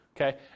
Okay